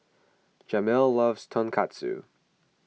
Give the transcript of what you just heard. Jamel loves Tonkatsu